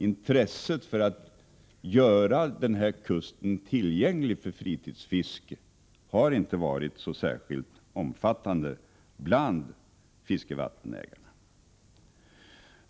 Intresset för att göra denna kust tillgänglig för fritidsfiske har inte varit så särskilt omfattande bland fiskevattensägarna.